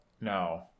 No